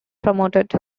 promoted